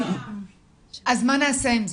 מה נעשה עם זה?